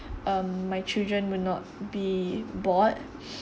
um my children will not be bored